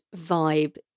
vibe